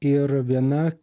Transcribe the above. ir viena